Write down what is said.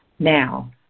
Now